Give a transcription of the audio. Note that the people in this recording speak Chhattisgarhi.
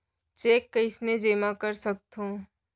चेक कईसने जेमा कर सकथो?